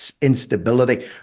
instability